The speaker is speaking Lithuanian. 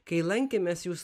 kai lankėmės jūs